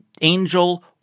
angel